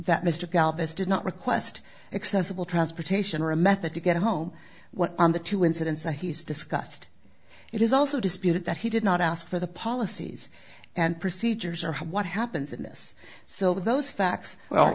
that mr galveston not request accessible transportation or a method to get home on the two incidents and he's discussed it is also disputed that he did not ask for the policies and procedures or what happens in this so those facts well